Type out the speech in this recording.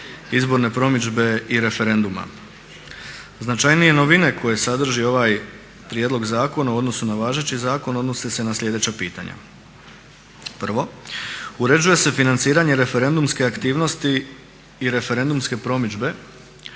izborne promidžbe i referenduma. Značajnije novine koje sadrži ovaj prijedlog zakona u odnosu na važeći zakon odnosi se na sljedeća pitanja. Prvo, uređuje se financiranje referendumske aktivnosti i referendumske promidžbe